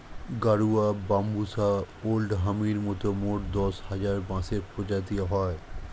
গাডুয়া, Bambusa oldhamii মতন মোট দশ হাজার বাঁশের প্রজাতি হয়